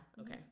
okay